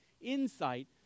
insight